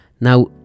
now